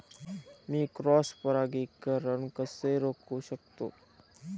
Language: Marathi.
मी क्रॉस परागीकरण कसे रोखू शकतो?